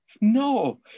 No